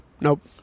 Nope